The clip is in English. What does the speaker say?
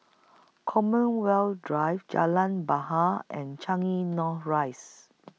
Commonwealth Drive Jalan Bahar and Changi North Rise